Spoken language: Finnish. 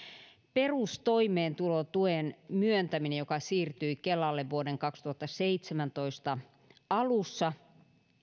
perustoimeentulotuen myöntäminen joka siirtyi kelalle vuoden kaksituhattaseitsemäntoista alussa